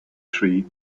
tree